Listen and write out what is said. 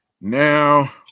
Now